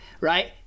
right